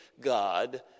God